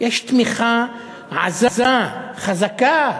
שיש בהן תמיכה עזה, חזקה,